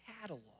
catalog